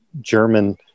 German